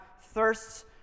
thirsts